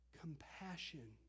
compassion